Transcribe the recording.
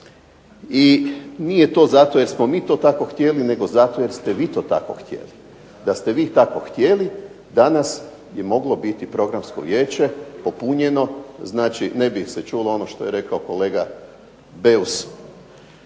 i nije to zato jer smo mi to tako htjeli, nego zato jer ste vi to tako htjeli. Da ste vi tako htjeli danas je moglo biti Programsko vijeće popunjeno. Znači, ne bi se čulo ono što je rekao kolega Beus